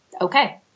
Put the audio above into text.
okay